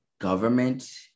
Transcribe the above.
government